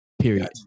period